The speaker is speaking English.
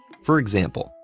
for example,